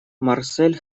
марсель